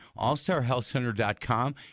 allstarhealthcenter.com